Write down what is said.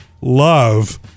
love